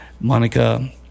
Monica